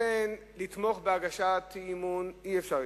לכן אי-אפשר לתמוך בהצעת האי-אמון.